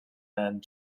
and